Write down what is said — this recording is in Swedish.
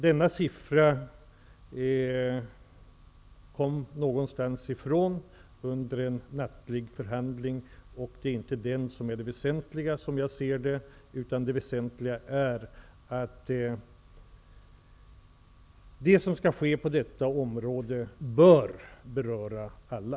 Denna siffra kom någonstans ifrån under en nattlig förhandling. Som jag ser det är den inte det väsentliga, utan det väsentliga är att det som skall ske på detta område bör beröra alla.